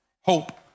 hope